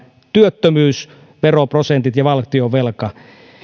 työttömyys veroprosentit ja valtionvelka